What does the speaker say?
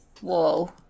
Whoa